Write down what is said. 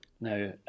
Now